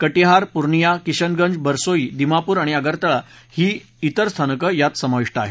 कटीहार पुर्निया किशनगंज बरसोई दिमापूर आणि आगरतळा ही इतर स्थानकं यात समाविष्ट आहेत